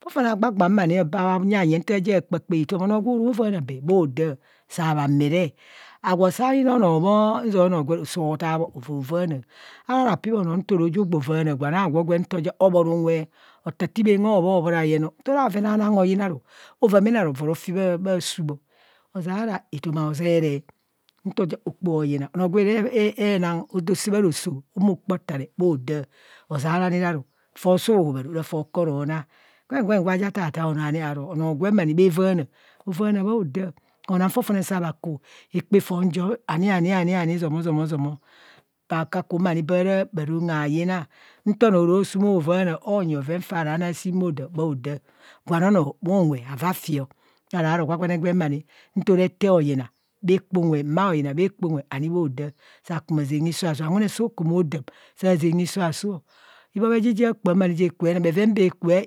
Fofone bha gba gba ma ni bha nya nyeng nta ja bha kpa hithom, onoo gwo vaana bee, bhoo da. Saa bha meere. Agwo saayina onoo bhọọ, nzia onvo gwe tre osaa taa bho ogbo vaana, arara pir anoo nto jo gbo vaana gwan agwo gwen, obhora unwe otaa taa inmbhin hoobho, hobho rayen, nto ra bhoven aonang hoyina aru ovaa mene aru oroti bha suubho ozeara etoma ozeree nto ja okpoho hoyina, onoo gwe re nang odo saa bha roso mo do kpaa ota re bhoda ozerani ra ru, fo soo hobhe oru fo koro naa gwen gwen gwa ja taa taa onọọ ani ara gwem kara bhavaana, evan a bhada. So nang tetone saa bha ku hekpe fon jo, ani ani ani zome, zomo zomo baa kakum baa ra rom kayina nto noo oro suum ovaana onyi bhoven fa ra nang bhoda, gwan onro bhu nwe haava fi, nta ra ro gwa gwane gwen ani nto ra ete hoyina bha ani bhoda saa kama zang hiso asuu, awune so kan odam, saa zang hiso asuu o. Ibho ni ha kpam je kubha nang, bheven bheku bha